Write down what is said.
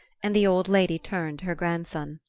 and the old lady turned to her grandson.